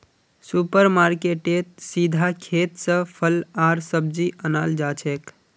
super मार्केटेत सीधा खेत स फल आर सब्जी अनाल जाछेक